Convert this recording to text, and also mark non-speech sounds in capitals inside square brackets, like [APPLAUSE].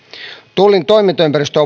tullin toimintaympäristö [UNINTELLIGIBLE]